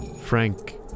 Frank